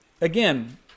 again